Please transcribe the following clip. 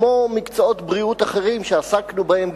כמו מקצועות בריאות אחרים שעסקנו בהם,